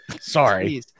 sorry